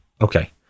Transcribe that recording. Okay